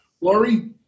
Laurie